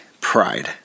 pride